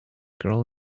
girl